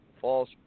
false